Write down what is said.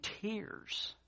tears